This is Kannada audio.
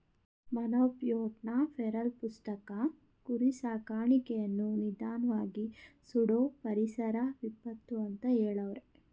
ಮೊನ್ಬಯೋಟ್ನ ಫೆರಲ್ ಪುಸ್ತಕ ಕುರಿ ಸಾಕಾಣಿಕೆಯನ್ನು ನಿಧಾನ್ವಾಗಿ ಸುಡೋ ಪರಿಸರ ವಿಪತ್ತು ಅಂತ ಹೆಳವ್ರೆ